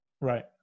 right